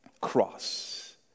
cross